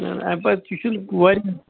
اَمہِ پَتہٕ تہِ چھُنہٕ واریاہ